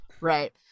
Right